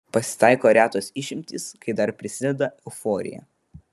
pasitaiko retos išimtys kai dar prisideda euforija